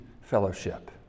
fellowship